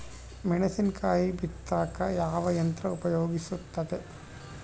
ಮೆಣಸಿನಕಾಯಿ ಬಿತ್ತಾಕ ಯಾವ ಯಂತ್ರ ಉಪಯೋಗವಾಗುತ್ತೆ?